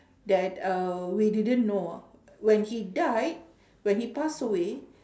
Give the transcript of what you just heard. that uh we didn't know when he died when he passed away